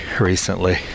recently